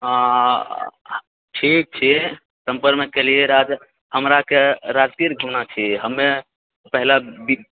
अँ ठीक छी सम्पर्क केलिऐ रहऽहमराके राजगीर घूमना छी हमे पहिला